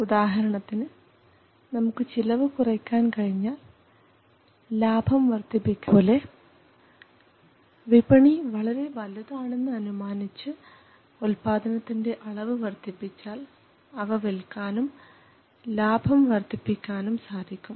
ഉദാഹരണത്തിന് നമുക്ക് ചിലവ്കുറയ്ക്കാൻ കഴിഞ്ഞാൽ ലാഭം വർധിപ്പിക്കാൻ സാധിക്കും അതേപോലെ വിപണി വളരെ വലുതാണെന്ന് അനുമാനിച്ചു ഉൽപാദനത്തിൻറെ അളവ് വർദ്ധിപ്പിച്ചാൽ അവ വിൽക്കാനും ലാഭം വർധിപ്പിക്കാനും സാധിക്കും